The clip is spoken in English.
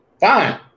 Fine